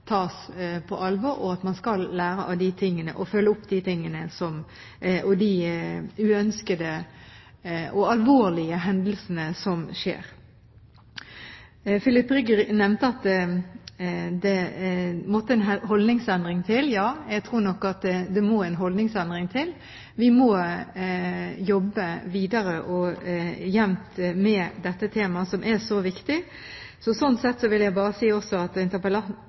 lære av og følge opp de uønskede og alvorlige hendelsene. Filip Rygg nevnte at det måtte en holdningsendring til. Ja, jeg tror nok at det må en holdningsendring til. Vi må jobbe videre og jevnt med dette temaet, som er så viktig. Sånn sett vil jeg si at